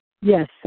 yes